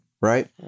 right